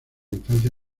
infancia